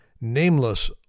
nameless